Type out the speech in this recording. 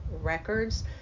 records